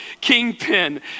kingpin